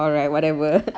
alright whatever